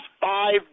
five